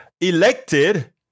elected